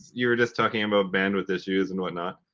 you were just talking about bandwidth issues and what not.